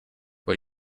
what